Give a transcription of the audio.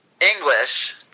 English